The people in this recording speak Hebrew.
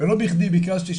ולא בכדי ביקשתי,